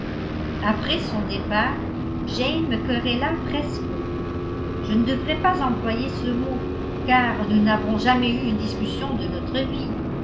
après son départ jane me querella presque je ne devrais pas employer ce mot car nous n'avons jamais eu une discussion de notre vie